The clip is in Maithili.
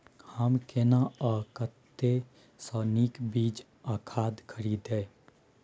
हम केना आ कतय स नीक बीज आ खाद खरीदे?